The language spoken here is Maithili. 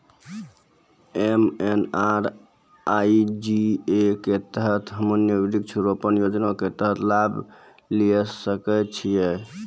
एम.एन.आर.ई.जी.ए के तहत हम्मय वृक्ष रोपण योजना के तहत लाभ लिये सकय छियै?